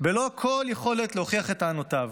בלא כל יכולת להוכיח את טענותיו.